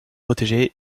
protégé